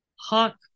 hawk